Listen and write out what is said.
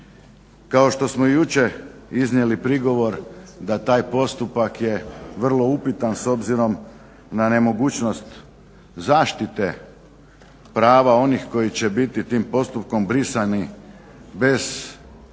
Kao što smo i jučer iznijeli prigovor da taj postupak je vrlo upitan s obzirom na nemogućnost zaštite prava onih koji će biti tim postupkom brisani bez da